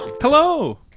Hello